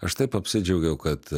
aš taip apsidžiaugiau kad